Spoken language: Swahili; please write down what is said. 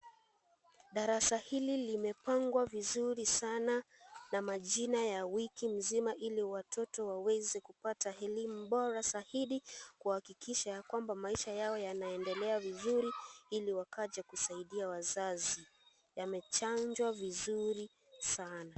Darasa hili limepangwa vizuri Sana na majina ya wiki mzima ili watoto waweze kupata elimu Bora zaidi kuhakikisha kwamba maisha yao yanaendelea vizuri ili wakaje kusaidia wazazi. Yamechanjwa vizuri sa a